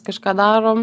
kažką darom